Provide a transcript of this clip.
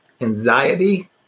anxiety